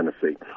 Tennessee